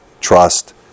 Trust